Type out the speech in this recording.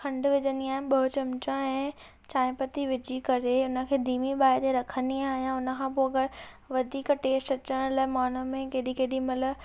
खंडु विझंदी आहियां ॿ चमचा ऐं चांहि पत्ती विझी करे हुन खे धिमी बाहि ते रखंदी आहियां हुन खां पोइ अगरि वधीक टेस्ट अचण लाइ मां हुन में केॾी केॾी महिल